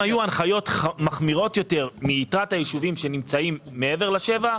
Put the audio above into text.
אם היו הנחיות מחמירות יותר מיתר היישובים שנמצאים מעבר לשבעה